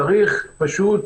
צריך פשוט